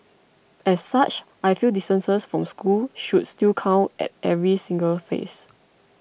as such I feel distances from school should still count at every single phase